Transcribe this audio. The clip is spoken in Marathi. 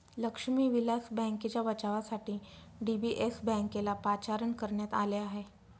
लक्ष्मी विलास बँकेच्या बचावासाठी डी.बी.एस बँकेला पाचारण करण्यात आले आहे